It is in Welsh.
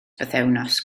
bythefnos